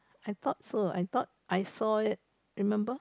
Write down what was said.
I thought I thought I saw it remember